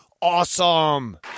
Awesome